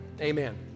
Amen